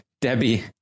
Debbie